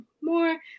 more